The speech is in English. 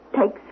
takes